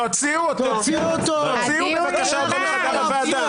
תוציאו אותו מחדר הוועדה.